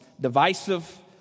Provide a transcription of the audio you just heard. divisive